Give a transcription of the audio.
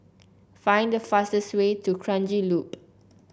find the fastest way to Kranji Loop